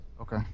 Okay